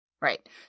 Right